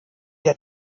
der